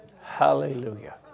Hallelujah